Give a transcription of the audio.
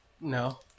No